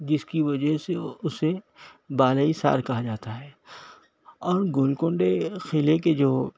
جس کی وجہ سے اسے بالا حصار کہا جاتا ہے اور گول کونڈے قلعے کے جو